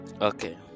okay